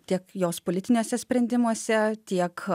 tiek jos politiniuose sprendimuose tiek